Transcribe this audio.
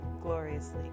gloriously